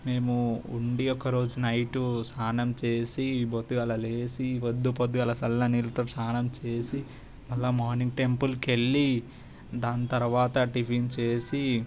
మేము ఉండి ఒక రోజు నైట్ స్నానం చేసి పొద్దు గల లేసి పొద్దు పొద్దుగాల చల్లనీల్లతో స్నానం చేసి మళ్ళీ మార్నింగ్ టెంపుల్కి వెళ్లి దాని తర్వాత టిఫిన్ చేసి